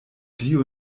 dio